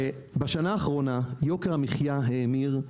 בשנה האחרונה יוקר המחיה האמיר.